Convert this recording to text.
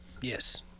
Yes